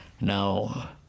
Now